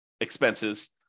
expenses